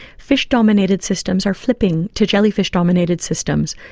fish-dominated systems are flipping to jellyfish-dominated systems.